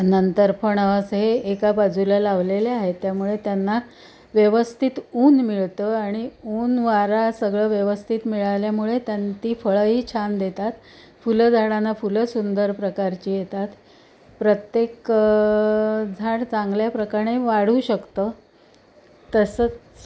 नंतर फणस हे एका बाजूला लावलेले आहेत त्यामुळे त्यांना व्यवस्थित ऊन मिळतं आणि ऊन वारा सगळं व्यवस्थित मिळाल्यामुळे त्यां ती फळंही छान देतात फुलं झाडांना फुलं सुंदर प्रकारची येतात प्रत्येक झाड चांगल्याप्रकारे वाढू शकतं तसंच